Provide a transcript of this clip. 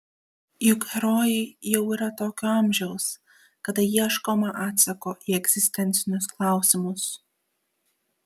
juk herojai jau yra tokio amžiaus kada ieškoma atsako į egzistencinius klausimus